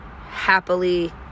happily